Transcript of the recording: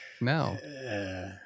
No